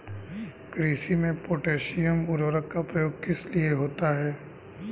कृषि में पोटैशियम उर्वरक का प्रयोग किस लिए होता है?